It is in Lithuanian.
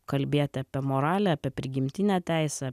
kalbėti apie moralę apie prigimtinę teisę